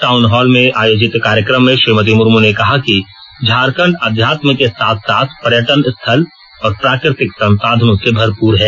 town hall में आयोजित कार्यक्रम में श्रीमती मुर्म ने कहा कि झारखंड अध्यात्म के साथ साथ पर्यटन स्थल और प्राकृतिक संसाधनों से भरपूर है